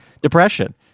depression